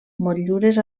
motllures